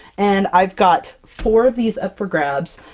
and i've got four of these up for grabs!